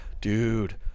dude